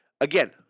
Again